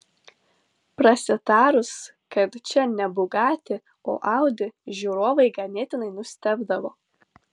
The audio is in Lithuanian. prasitarus kad čia ne bugatti o audi žiūrovai ganėtinai nustebdavo